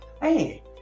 Hey